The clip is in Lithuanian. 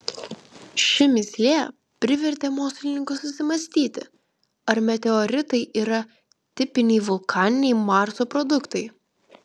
ši mįslė privertė mokslininkus susimąstyti ar meteoritai yra tipiniai vulkaniniai marso produktai